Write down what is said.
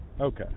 okay